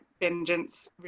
vengeance